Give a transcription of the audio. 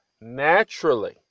naturally